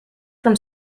from